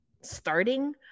starting